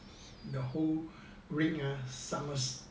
the whole rig ah subme~